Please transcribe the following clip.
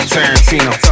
Tarantino